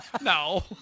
no